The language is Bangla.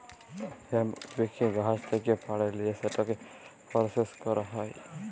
হেম্প উদ্ভিদকে গাহাচ থ্যাকে পাড়ে লিঁয়ে সেটকে পরসেস ক্যরা হ্যয়